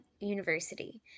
University